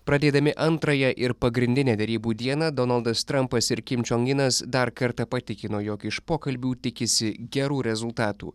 pradėdami antrąją ir pagrindinė derybų dieną donaldas trampas ir kim čiong inas dar kartą patikino jog iš pokalbių tikisi gerų rezultatų